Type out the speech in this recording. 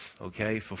okay